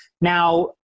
Now